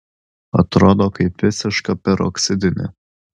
atrodo kaip visiška peroksidinė